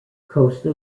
coastal